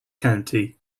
county